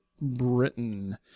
Britain